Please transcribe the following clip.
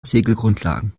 segelgrundlagen